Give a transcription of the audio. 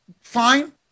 Fine